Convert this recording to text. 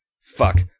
Fuck